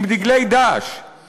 עם דגלי "דאעש" "דאעש".